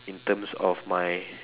in terms of my